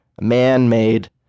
man-made